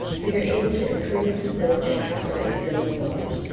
so you're able to improve and build your academic skills and knowledge.